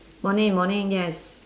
morning morning yes